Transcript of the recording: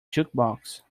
jukebox